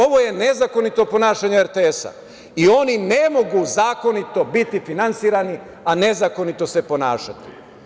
Ovo je nezakonito ponašanje RTS i oni ne mogu zakonito biti finansirani, a nezakonito se ponašati.